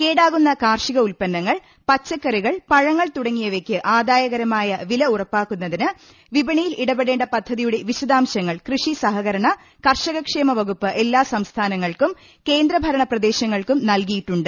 കേടാകുന്ന കാർഷിക ഉത്പ്പന്നങ്ങൾ പച്ചക്കറികൾ പഴങ്ങൾ തുടങ്ങിയവയ്ക്ക് ആദായകരമായ വില ഉറപ്പാക്കുന്നതിന് വിപണിയിൽ ഇടപടേണ്ട പദ്ധതിയുടെ വിശദാംശങ്ങൾ കൃഷി സഹകരണ കർഷകക്ഷേമ വകുപ്പ് എല്ലാ സംസ്ഥാനങ്ങൾക്കും കേന്ദ്രഭരണ പ്രദേശങ്ങൾക്കും നല്കിയിട്ടുണ്ട്